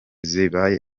zibaye